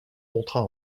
montra